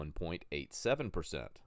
1.87%